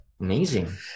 amazing